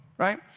Right